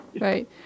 right